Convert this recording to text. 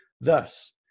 Thus